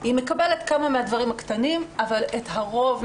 היא מקבלת כמה מן הדברים הקטנים אבל את הרוב,